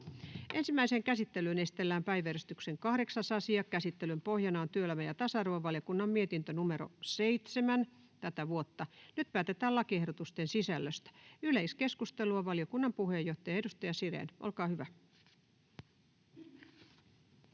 Ensimmäiseen käsittelyyn esitellään päiväjärjestyksen 8. asia. Käsittelyn pohjana on työelämä- ja tasa-arvovaliokunnan mietintö TyVM 7/2024 vp. Nyt päätetään lakiehdotusten sisällöstä. — Yleiskeskustelua, valiokunnan puheenjohtaja, edustaja Sirén, olkaa hyvä.